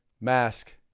mask